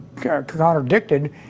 contradicted